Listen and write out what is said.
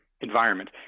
environment